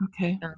Okay